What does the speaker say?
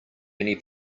many